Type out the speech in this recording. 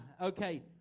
Okay